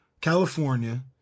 California